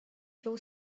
się